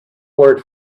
word